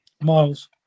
Miles